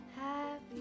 happy